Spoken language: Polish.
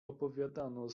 odpowiadano